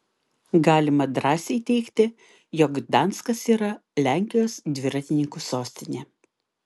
galima drąsiai teigti jog gdanskas yra lenkijos dviratininkų sostinė